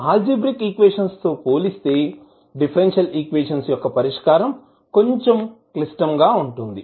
algebraic equations తో పోల్చితే differential equations యొక్క పరిష్కారం కొంచెం క్లిష్టంగా ఉంటుంది